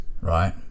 right